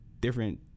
different